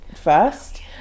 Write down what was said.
first